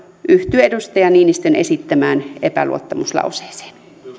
yhtyy edustaja niinistön esittämään epäluottamuslauseeseen